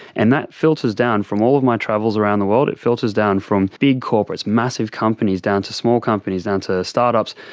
and that filters down, from all of my travels around the world, it filters down from big corporates, massive companies, down to small companies, down to start-ups,